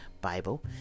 Bible